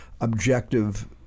objective